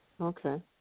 Okay